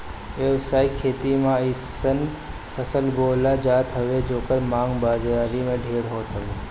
व्यावसायिक खेती में अइसन फसल बोअल जात हवे जेकर मांग बाजारी में ढेर होत हवे